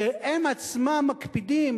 שהם עצמם מקפידים,